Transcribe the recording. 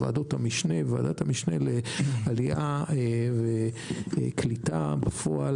בוועדת המשנה לעלייה וקליטה בפועל,